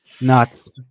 Nuts